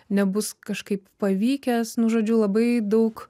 nebus kažkaip pavykęs nu žodžiu labai daug